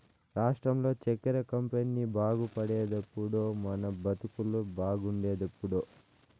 రాష్ట్రంలో చక్కెర కంపెనీ బాగుపడేదెప్పుడో మన బతుకులు బాగుండేదెప్పుడో